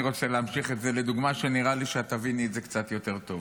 אני רוצה להמשיך את זה לדוגמה שנראה לי שתביני קצת יותר טוב.